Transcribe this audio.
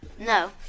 No